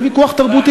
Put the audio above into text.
זה ויכוח תרבותי,